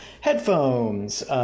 headphones